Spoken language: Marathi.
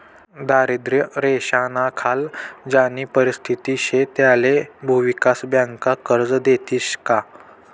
दारिद्र्य रेषानाखाल ज्यानी परिस्थिती शे त्याले भुविकास बँका कर्ज देतीस का?